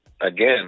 Again